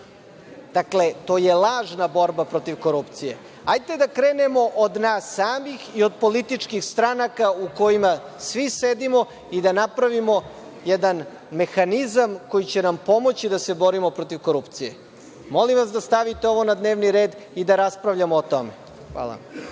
Dakle, to je lažna borba protiv korupcije. Hajde, da krenemo od nas samih i od političkih stranaka u kojima svi sedimo i da napravimo jedan mehanizam koji će nam pomoći da se borimo protiv korupcije. Molim vas da stavite ovo na dnevni red i da raspravljamo o tome. Hvala.